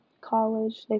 college